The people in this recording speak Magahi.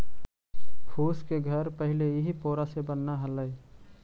फूस के घर पहिले इही पोरा से बनऽ हलई